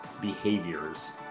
behaviors